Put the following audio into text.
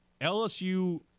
LSU